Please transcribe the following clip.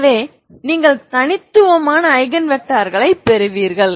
எனவே நீங்கள் தனித்துவமான ஐகன் வெக்டார்களைப் பெறுவீர்கள்